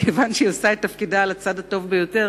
כיוון שהיא עושה את תפקידה על הצד הטוב ביותר,